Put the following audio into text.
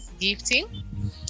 gifting